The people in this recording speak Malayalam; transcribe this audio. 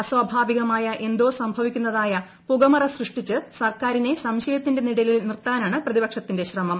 അസ്വാഭാവികമാട്ട്യ എന്തോ സംഭവിക്കുന്നതായ പുകമറ സൃഷ്ടിച്ച് സർക്കുരിനെ ്സംശയത്തിന്റെ നിഴലിൽ നിർത്താനാണ് പ്രതിപക്ഷ്ത്തിന്റെ ശ്രമം